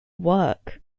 work